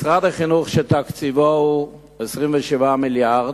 משרד החינוך, שתקציבו הוא 27 מיליארד,